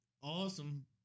awesome